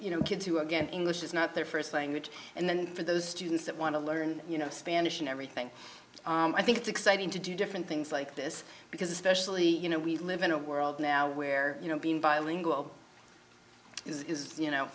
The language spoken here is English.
for kids who again english is not their first language and then for those students that want to learn spanish and everything i think it's exciting to do different things like this because especially you know we live in a world now where you know being bilingual is you know